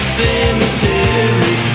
cemetery